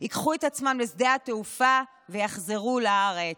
ייקחו את עצמם לשדה התעופה ויחזרו לארץ.